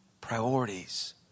priorities